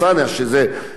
ואני ראיתי את זה,